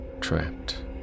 Trapped